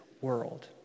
world